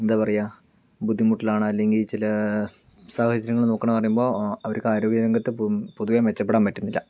എന്താ പറയുക ബുദ്ധിമുട്ടിലാണ് അല്ലെങ്കിൽ ചില സാഹചര്യങ്ങൾ നോക്കണം എന്ന് പറയുമ്പോൾ അവർക്ക് ആരോഗ്യരംഗത്ത് പൊതുവെ മെച്ചപ്പെടാൻ പറ്റുന്നില്ല